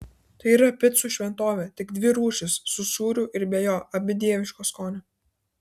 tai yra picų šventovė tik dvi rūšys su sūriu ir be jo abi dieviško skonio